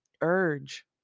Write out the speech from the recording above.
urge